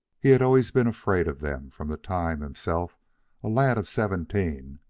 he had always been afraid of them from the time, himself a lad of seventeen,